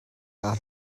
kaa